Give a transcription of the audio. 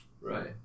right